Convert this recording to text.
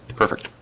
perfect,